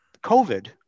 COVID